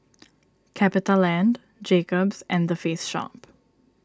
CapitaLand Jacob's and the Face Shop